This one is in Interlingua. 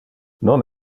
non